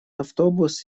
автобус